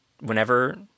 Whenever